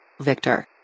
Victor